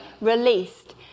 released